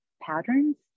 patterns